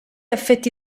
affetti